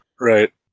Right